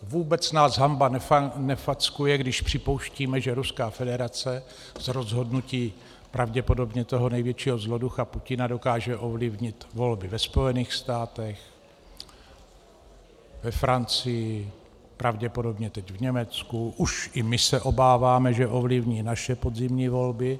Vůbec nás hanba nefackuje, když připouštíme, že Ruská federace z rozhodnutí pravděpodobně toho největšího zloducha Putina dokáže ovlivnit volby ve Spojených státech, ve Francii, pravděpodobně teď v Německu, už i my se obáváme, že ovlivní naše podzimní volby.